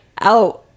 out